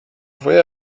fue